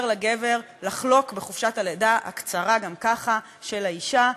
לגבר לחלוק בחופשת הלידה הקצרה-גם-ככה של האישה,